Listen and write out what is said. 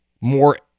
more